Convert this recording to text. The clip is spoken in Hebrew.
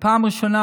בפעם הראשונה,